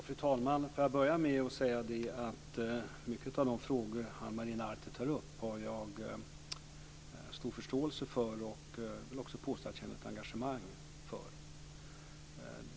Fru talman! Låt mig börja med att säga att många av de frågor Ana Maria Narti tar upp har jag stor förståelse för och känner, vill jag påstå, ett engagemang för.